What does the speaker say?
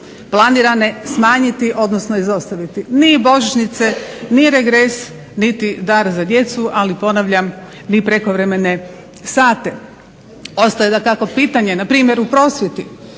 planirane smanjiti odnosno izostaviti. Ni božićnice, ni regres niti dar za djecu, ali ponavljam ni prekovremene sate. Ostaje dakako pitanje npr. u prosvjeti